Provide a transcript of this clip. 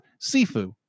sifu